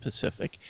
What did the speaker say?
Pacific